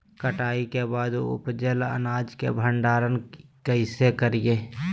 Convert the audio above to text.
कटाई के बाद उपजल अनाज के भंडारण कइसे करियई?